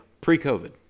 Pre-COVID